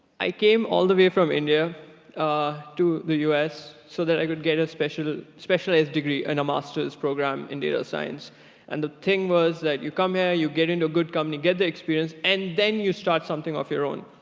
i came all the way from india ah to the u s so that i could get a specialized degree in a masters program india assigns and the thing was that you come here you get in a good company, get the experience and then you start something of your own.